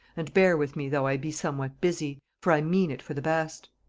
and bear with me though i be somewhat busy, for i mean it for the best.